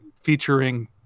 featuring